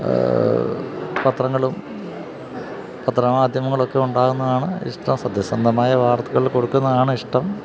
പത്രങ്ങളും പത്രമാധ്യമങ്ങളുമൊക്കെ ഉണ്ടാകുന്നതാണ് ഇഷ്ടം സത്യസന്ധമായ വാർത്തകൾ കൊടുക്കുന്നതാണ് ഇഷ്ടം